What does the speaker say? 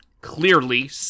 Clearly